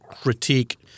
critique